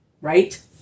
right